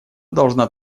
должна